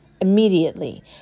immediately